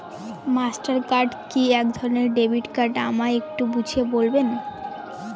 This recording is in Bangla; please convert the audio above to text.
মাস্টার কার্ড কি একধরণের ডেবিট কার্ড আমায় একটু বুঝিয়ে বলবেন?